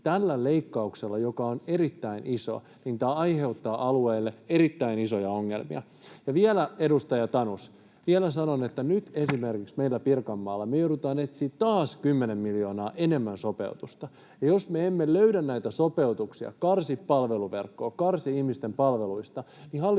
tämä leikkaus, joka on erittäin iso, aiheuttaa alueelle erittäin isoja ongelmia. Edustaja Tanus, vielä sanon, että nyt esimerkiksi meillä Pirkanmaalla me joudumme etsimään taas 10 miljoonaa enemmän sopeutusta. Jos me emme löydä näitä sopeutuksia, karsi palveluverkkoa ja karsi ihmisten palveluista, niin hallitus